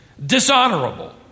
Dishonorable